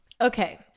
Okay